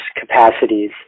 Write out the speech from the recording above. capacities